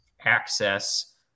access